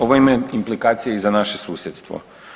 Ovo ima implikacije i za naše susjedstvo.